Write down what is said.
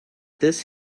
this